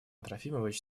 трофимович